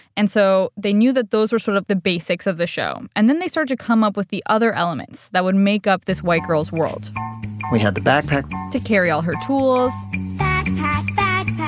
and so they knew that those were sort of the basics of the show. and then they started to come up with the other elements that would make up this white girl's world we had the backpack to carry all her tools backpack, backpack.